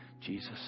Jesus